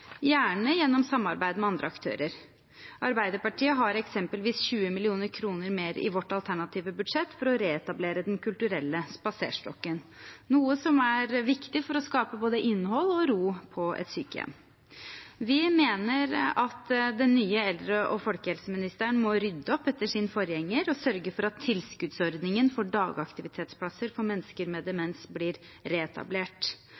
gjerne gjennom samarbeid med andre aktører. Arbeiderpartiet har eksempelvis 20 mill. kr mer i vårt alternative budsjett for å reetablere Den kulturelle spaserstokken, noe som er viktig for å skape både innhold og ro på et sykehjem. Vi mener at den nye eldre- og folkehelseministeren må rydde opp etter sin forgjenger og sørge for at tilskuddsordningen for dagaktivitetsplasser for mennesker med